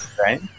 Right